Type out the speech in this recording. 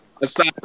aside